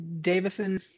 Davison